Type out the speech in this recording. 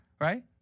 right